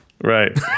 Right